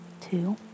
two